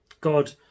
God